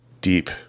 deep